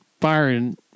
firing